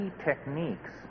techniques